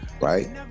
right